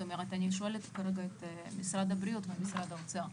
אני שואלת כרגע את משרד הבריאות ומשרד האוצר.